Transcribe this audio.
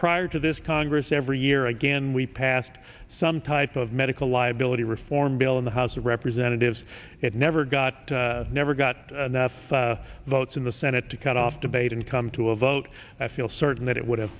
prior to this congress every year again we passed some type of medical liability reform bill in the house of representatives it never got never got enough votes in the senate to cut off debate and come to a vote i feel certain that it would have